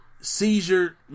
seizure